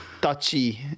touchy